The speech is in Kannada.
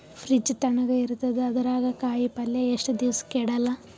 ಫ್ರಿಡ್ಜ್ ತಣಗ ಇರತದ, ಅದರಾಗ ಕಾಯಿಪಲ್ಯ ಎಷ್ಟ ದಿವ್ಸ ಕೆಡಲ್ಲ?